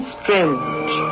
strange